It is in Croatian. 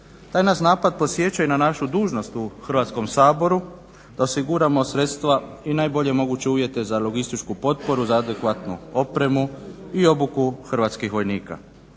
Taj nas napad podsjeća i na našu dužnost u Hrvatskom saboru da osiguramo sredstva i najbolje moguće uvjete za logističku potporu, za adekvatnu opremu i obuku hrvatskih vojnika.